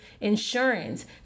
insurance